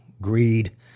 greed